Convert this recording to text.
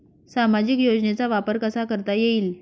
सामाजिक योजनेचा वापर कसा करता येईल?